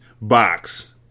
box